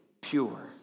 pure